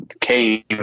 came